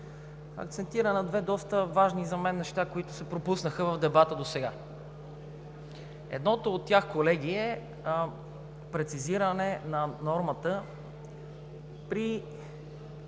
акцентира на две доста важни за мен неща, които се пропуснаха в дебата досега. Едното от тях, колеги, е прецизиране на нормата при